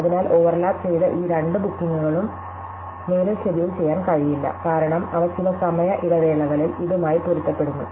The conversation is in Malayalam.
അതിനാൽ ഓവർലാപ്പ് ചെയ്ത ഈ രണ്ട് ബുക്കിംഗുകളും മേലിൽ ഷെഡ്യൂൾ ചെയ്യാൻ കഴിയില്ല കാരണം അവ ചില സമയ ഇടവേളകളിൽ ഇതുമായി പൊരുത്തപ്പെടുന്നു